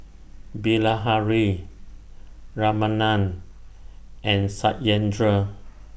Bilahari Ramanand and Satyendra